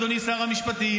אדוני שר המשפטים.